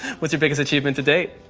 what's your biggest achievement to date?